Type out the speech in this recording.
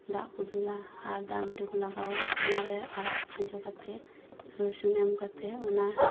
ᱫᱟᱜ ᱠᱚ ᱫᱩᱞᱟ ᱟᱨ ᱫᱟᱜ ᱢᱟᱰᱤ ᱠᱚ ᱞᱟᱜᱟᱣᱟ ᱚᱱᱟᱨᱮ ᱟᱲᱟᱜ ᱠᱷᱟᱸᱡᱚ ᱠᱟᱛᱮᱫ ᱨᱚᱥᱩᱱ ᱮᱢ ᱠᱟᱛᱮᱫ ᱚᱱᱟ